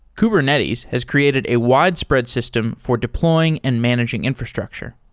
kubernetes has created a widespread system for deploying and managing infrastructure.